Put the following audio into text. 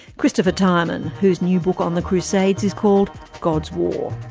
christopher tyerman, whose new book on the crusades is called god's war.